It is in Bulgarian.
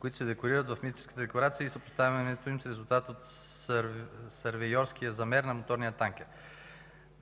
които се декларират в митническите декларации и съпоставянето им с резултата от сървейорския замер на моторния танкер.